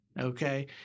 okay